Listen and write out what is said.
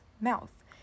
mouth